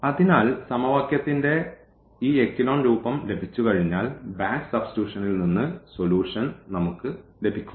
അതിനാൽ സമവാക്യത്തിന്റെ ഈ എക്കലോൺ രൂപം ലഭിച്ചുകഴിഞ്ഞാൽ ബാക്ക് സബ്സ്റ്റിറ്റുഷനിൽ നിന്ന് സൊലൂഷൻ നമുക്ക് ലഭിക്കും